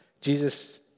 Jesus